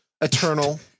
eternal